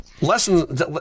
Lessons